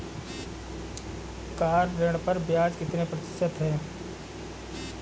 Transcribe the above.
Car ऋण पर ब्याज कितने प्रतिशत है?